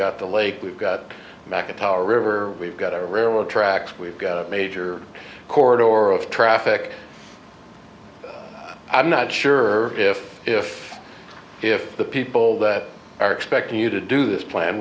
got the lake we've got back at our river we've got our railroad tracks we've got a major chord or of traffic i'm not sure if if if the people that are expecting you to do this plan